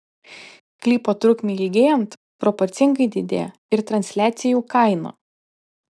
klipo trukmei ilgėjant proporcingai didėja ir transliacijų kaina